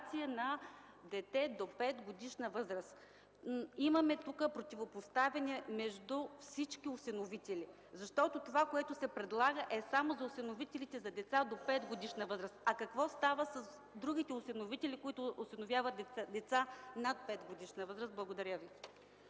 на дете до петгодишна възраст. Тук имаме противопоставяне между всички осиновители, защото това, което се предлага, е само за осиновителите на деца до петгодишна възраст. Какво става с другите осиновители, които осиновяват деца над петгодишна възраст? Благодаря Ви.